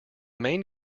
main